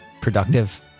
Productive